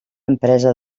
empresa